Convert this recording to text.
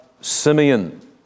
Simeon